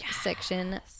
section